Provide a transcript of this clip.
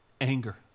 Anger